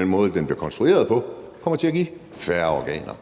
den måde, det bliver konstrueret på, kommer til at give færre organer.